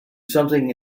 something